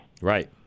Right